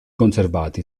conservati